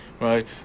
right